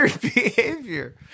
behavior